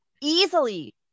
easily